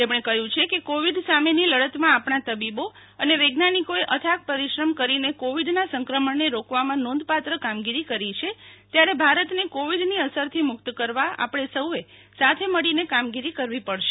તેમણે કહ્યું છે કે કોવિડ સામેની લડતમાં આપણા તબીબો અને વૈજ્ઞાનિકોએ અથાક પરિશ્રમ કરીને કોવિડના સંક્રમણને રોકવામાં નોંધપાત્ર કામગીરી કરી છે ત્યારે ભારતને કોવિડની અસરથી મુક્ત કરવા આપણે સફએ સાથે મળીને કામગીરી કરવી પડશે